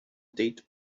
date